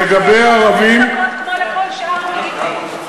אדוני השר, יש לה שלוש דקות כמו לכל שאר המגיבים.